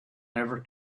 never